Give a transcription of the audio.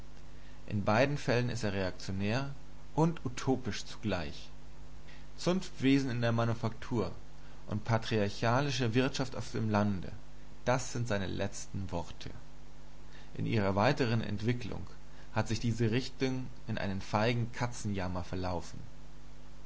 in beiden fällen ist er reaktionär und utopisch zugleich zunftwesen in der manufaktur und patriarchalische wirtschaft auf dem lande das sind seine letzten worte in ihrer weiteren entwicklung hat sich diese richtung in einen feigen katzenjammer verlaufen